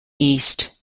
east